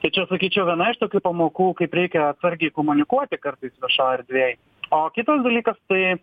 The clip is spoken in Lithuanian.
tai čia sakyčiau viena iš tokių pamokų kaip reikia atsargiai komunikuoti kartais viešoj erdvėj o kitas dalykas tai